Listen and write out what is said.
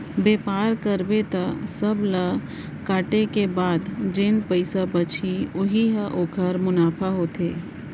बेपार करबे त सब ल काटे के बाद जेन पइसा बचही उही ह ओखर मुनाफा होथे